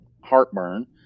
heartburn